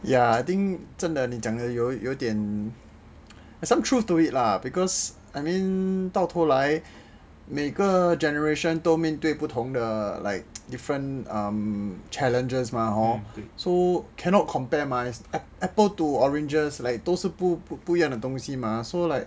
ya I think 真的你讲的有点有一点 there's some truth to it lah because I mean 头来每个 generation 都面对不同的 like different challenges mah hor so cannot compare mah it's like apple to oranges like 都是不一样的东西 mah so like